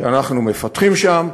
שאנחנו מפתחים שם,